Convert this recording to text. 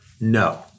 no